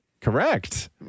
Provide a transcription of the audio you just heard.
correct